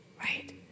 Right